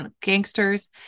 gangsters